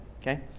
okay